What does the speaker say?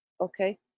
okay